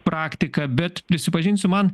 praktika bet prisipažinsiu man